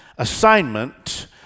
assignment